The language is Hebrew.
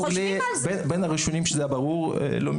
אני חושב שאני בין הראשונים שזה היה ברור להם.